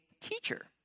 Teacher